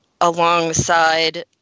alongside